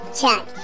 chuck